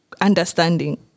understanding